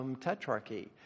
tetrarchy